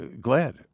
glad